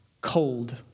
cold